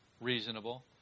reasonable